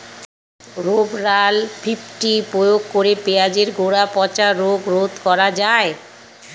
Rovral fifty প্রয়োগ করে পেঁয়াজের গোড়া পচা রোগ রোধ করা যায়?